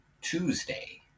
Tuesday